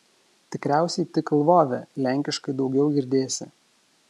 tikriausiai tik lvove lenkiškai daugiau girdėsi